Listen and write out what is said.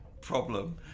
problem